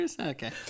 okay